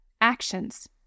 Actions